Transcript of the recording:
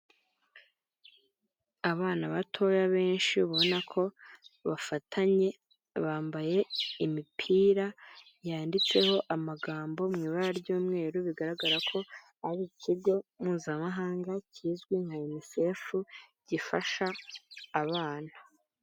Abana batoya benshi ubona ko bafatanye, bambaye imipira yanditseho amagambo mu ibara ry'umweru bigaragara ko ari ikigo mpuzamahanga kizwi nka unisefu gifasha abana.